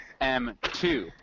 M2